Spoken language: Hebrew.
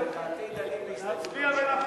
לדעתי דנים בהסתייגויות,